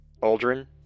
Aldrin